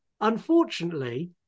Unfortunately